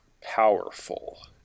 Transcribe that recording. powerful